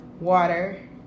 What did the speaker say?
water